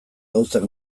gauzak